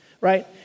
right